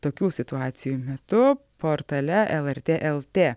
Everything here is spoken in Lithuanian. tokių situacijų metu portale elartė eltė